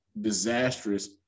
disastrous